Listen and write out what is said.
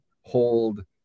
hold